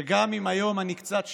וגם אם היום אני קצת שלילי,